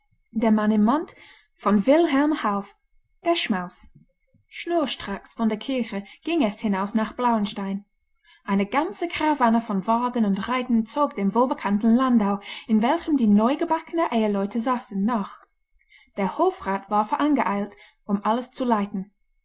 der schmaus schnurstracks von der kirche ging es hinaus nach blauenstein eine ganze karawane von wagen und reitern zog dem wohlbekannten landau in welchem die neugebackenen eheleute saßen nach der hofrat war vorangeeilt um alles zu leiten